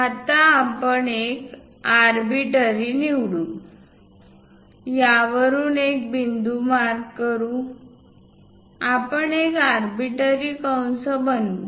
आता आपण एक आर्बिटरी निवडू यावरून एक बिंदू मार्क करू आपण एक आर्बिटरी कंस बनवू